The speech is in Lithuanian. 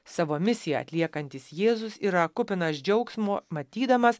savo misiją atliekantis jėzus yra kupinas džiaugsmo matydamas